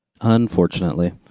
Unfortunately